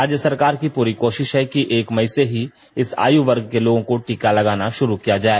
राज्य सरकार की पूरी कोषिष है कि एक मई से ही इस आयु वर्ग के लोगों को टीका लगाना शुरू किया जाए